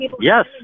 Yes